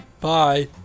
Bye